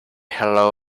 hello